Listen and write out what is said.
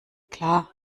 klar